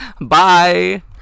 bye